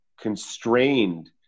constrained